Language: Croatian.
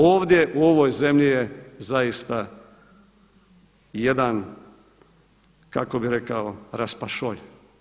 Ovdje u ovoj zemlji je zaista jedan kako bih rekao raspašolj.